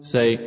Say